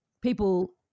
people